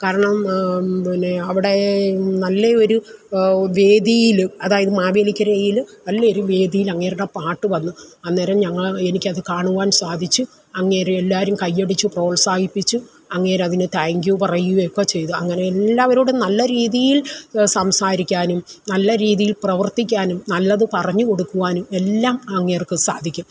കാരണം പിന്നെ അവിടെ നല്ല ഒരു വേദിയിൽ അതായത് മാവേലിക്കരയിൽ നല്ലൊരു വേദിയിലങ്ങേരുടെ പാട്ട് വന്ന് അന്നേരം ഞങ്ങൾ എനിക്കത് കാണുവാൻ സാധിച്ചു അങ്ങേരെ എല്ലാവരും കയ്യടിച്ച് പ്രോത്സാഹിപ്പിച്ചു അങ്ങേരതിന് താങ്ക് യൂ പറയുകയൊക്കെ ചെയ്തു അങ്ങനെ എല്ലാവരോടും നല്ല രീതിയിൽ സംസാരിക്കാനും നല്ല രീതിയിൽ പ്രവർത്തിക്കാനും നല്ലത് പറഞ്ഞ് കൊടുക്കുവാനും എല്ലാം അങ്ങേർക്ക് സാധിക്കും